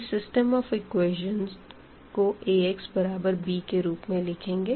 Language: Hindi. इस सिस्टम ऑफ़ एक्वेशन्स को Ax बराबर b के रूप में लिखेंगे